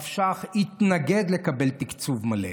התנגד לקבל תקציב מלא.